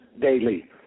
daily